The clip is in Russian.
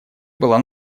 была